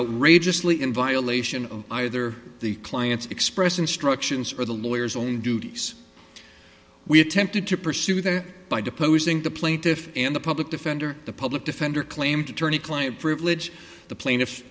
outrageously in violation of either the client's express instructions or the lawyers own duties we attempted to pursue there by deposing the plaintiff and the public defender the public defender claimed to turn a client privilege the plaintiff